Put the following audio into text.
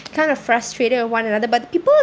kind of frustrated with one another but the people